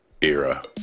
era